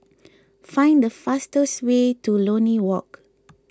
find the fastest way to Lornie Walk